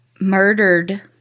Murdered